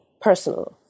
Personal